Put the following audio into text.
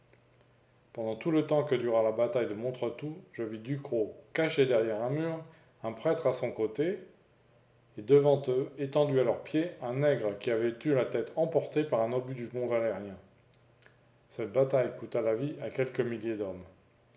pendant tout le temps que dura la bataille de montretout je vis ducrot caché derrière un mur un prêtre à son côté et devant eux étendu à leurs pieds un nègre qui avait eu la tête emportée par un obus du mont valérien cette bataille coûta la vie à quelques milliers d'hommes